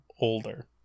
older